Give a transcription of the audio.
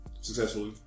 Successfully